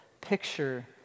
picture